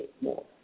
more